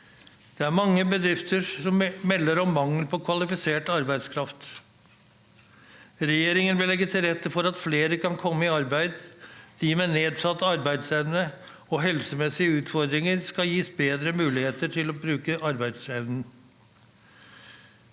Det er mange bedrifter som melder om mangel på kvalifisert arbeidskraft. Regjeringen vil legge til rette for at flere kan komme i arbeid. De med nedsatt arbeidsevne og helsemessige utfordringer skal gis bedre muligheter til å bruke arbeidsevnen.